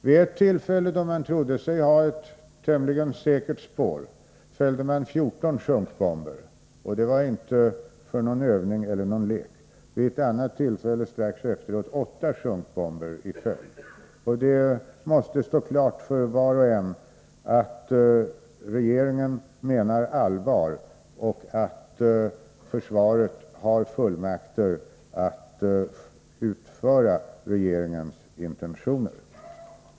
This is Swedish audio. Vid ett tillfälle, då man trodde sig ha ett tämligen säkert spår, fällde man 14 sjunkbomber — och det var inte för övnings skull eller som någon lek. Vid ett annat tillfälle strax efteråt fälldes åtta sjunkbomber i följd. Det måste stå klart för var och en att regeringen menar allvar och att försvaret har fullmakter att utföra regeringens intentioner.